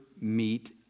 meet